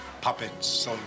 puppets